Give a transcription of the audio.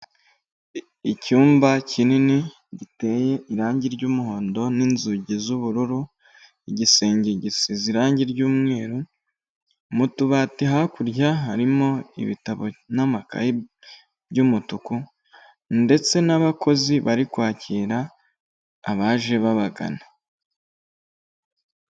Icyumba kinini giteye irangi ry'umuhondo n'inzugi z'ubururu, igisenge gisize irangi ry'umweru mu tubati hakurya harimo ibitabo n'amakaye by'umutuku ndetse n'abakozi bari kwakira abaje babagana.